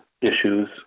issues